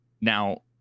now